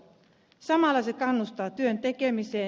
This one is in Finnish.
samalla se kannustaa työn tekemiseen